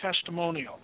testimonial